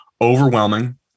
overwhelming